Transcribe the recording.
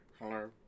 Hello